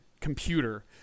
computer